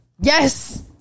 Yes